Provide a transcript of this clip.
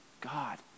God